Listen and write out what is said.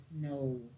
no